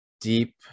deep